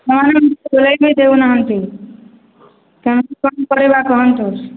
କ'ଣ ଶୁଆଇ ବି ଦେଉନାହାଁନ୍ତି କ'ଣ କରିବା କୁହନ୍ତୁ